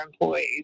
employees